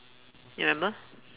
you remember